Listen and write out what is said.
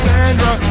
Sandra